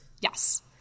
Yes